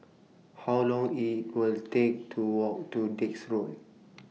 How Long IT Will Take to Walk to Dix Road